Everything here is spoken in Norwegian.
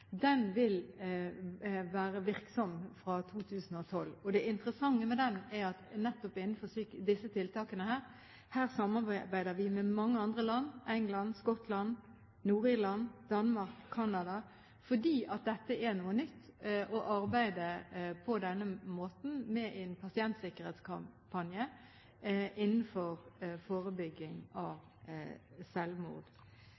Den vil være virksom fra 2012. Det interessante med den er at nettopp innenfor disse tiltakene samarbeider vi med mange andre land, England, Skottland, Nord-Irland, Danmark og Canada. Det er noe nytt å arbeide på denne måten med en pasientsikkerhetskampanje innenfor forebygging